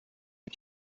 die